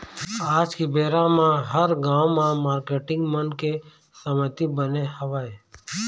आज के बेरा म हर गाँव म मारकेटिंग मन के समिति बने हवय